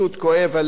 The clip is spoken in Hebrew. ובוא נאמר: